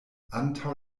antaŭ